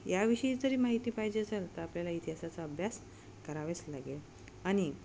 याविषयी जरी माहिती पाहिजे असेल तर आपल्याला इतिहासाचा अभ्यास करावेच लागेल आणि